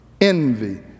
envy